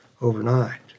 overnight